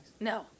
No